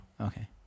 Okay